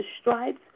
stripes